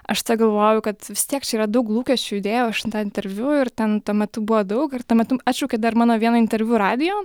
aš tegalvojau kad vis tiek čia yra daug lūkesčių įdėjau aš į šitą interviu ir ten tuo metu buvo daug ir tuo metu atšaukė dar mano vieną interviu radijo